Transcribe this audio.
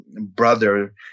brother